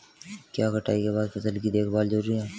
क्या कटाई के बाद फसल की देखभाल जरूरी है?